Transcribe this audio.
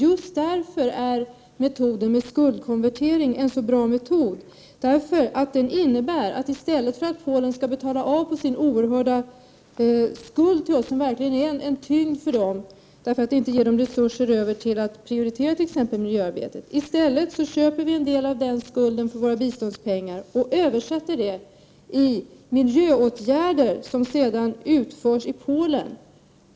Just därför är metoden med skuldkonvertering en så bra metod. Den innebär nämligen att vi — i stället för att Polen skulle betala av på sin oerhörda skuld till oss, som verkligen är en — Prot. 1989/90:45 börda för dem, eftersom detta inte ger dem resurser över att prioritera t.ex. 13 december 1989 miljöarbete — köper en del av Polens skuld för våra biståndspengar ochöver==Q sätter det i miljöåtgärder som sedan utförs i Polen.